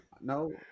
No